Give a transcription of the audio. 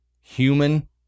human